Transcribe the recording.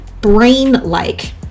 brain-like